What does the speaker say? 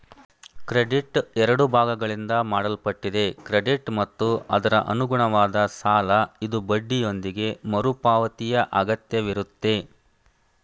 credit ಎರಡು ಭಾಗಗಳಿಂದ ಮಾಡಲ್ಪಟ್ಟಿದೆ ಕ್ರೆಡಿಟ್ ಮತ್ತು ಅದರಅನುಗುಣವಾದ ಸಾಲಇದು ಬಡ್ಡಿಯೊಂದಿಗೆ ಮರುಪಾವತಿಯಅಗತ್ಯವಿರುತ್ತೆ